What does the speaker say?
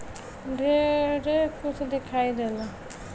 ढेरे कुछ दिखाई देला